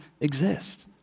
exist